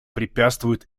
препятствует